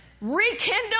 rekindle